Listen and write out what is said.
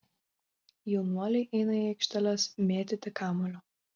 jaunuoliai eina į aikšteles mėtyti kamuolio